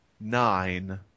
nine